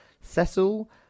Cecil